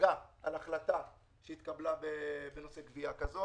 השגה על החלטה שהתקבלה בנושא גבייה כזאת,